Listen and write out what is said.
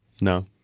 No